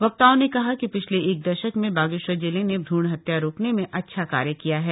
वक्ताओं ने कहा कि पिछले एक दशक में बागेश्वर जिले ने भ्रूण हत्या रोकने में अच्छा कार्य किया है